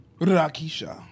Rakisha